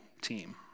team